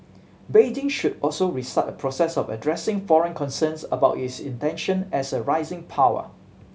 Beijing should also restart a process of addressing foreign concerns about its intention as a rising power